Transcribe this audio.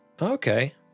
Okay